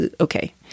okay